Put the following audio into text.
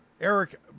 Eric